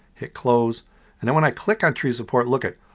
hit close and then when i click on trees support. look it.